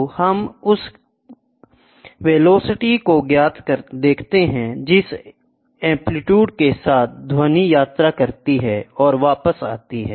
तो हम उस वेलोसिटी को देखते हैं जिस एंप्लीट्यूड के साथ ध्वनि यात्रा करती है और वापस आती है